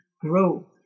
grow